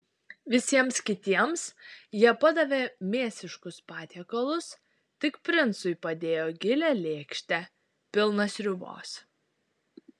visiems kitiems jie padavė mėsiškus patiekalus tik princui padėjo gilią lėkštę pilną sriubos